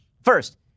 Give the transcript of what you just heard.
First